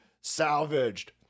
Salvaged